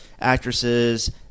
actresses